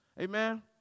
Amen